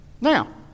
Now